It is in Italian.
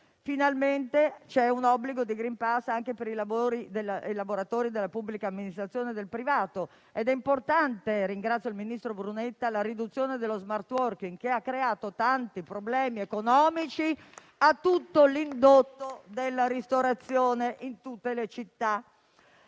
finalmente c'è un obbligo di *green pass* anche per i lavoratori della pubblica amministrazione e del privato. Ringrazio il ministro Brunetta perché importante è la riduzione dello *smart working*, che ha creato tanti problemi economici a tutto l'indotto della ristorazione in tutte le città.